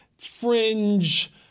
fringe